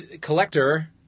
collector